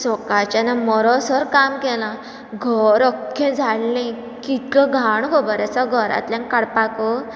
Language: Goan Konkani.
सकाळच्यान हांवें मरसर काम केलां घर अख्खें झाडलें कितलो घाण खबर आसा घरांतल्यान काडपाक